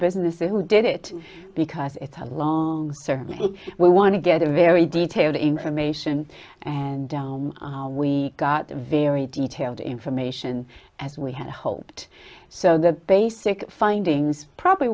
businesses who did it because it's a long certainly we want to get a very detailed information and down our we got very detailed information as we had hoped so the basic findings probably